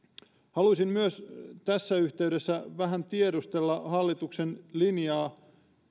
haluisin myös tässä yhteydessä vähän tiedustella hallituksen linjaa